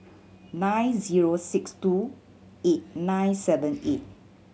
nine zero six two eight nine seven eight